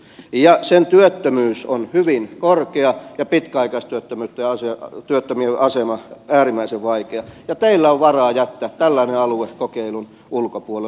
ja sen työttömyys on hyvin korkea ja pitkäaikaistyöttömien asema äärimmäisen vaikea ja teillä on varaa jättää tällainen alue kokeilun ulkopuolelle